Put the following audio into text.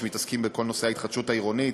שמתעסקים בכל נושא ההתחדשות העירונית,